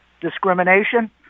discrimination